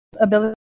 ability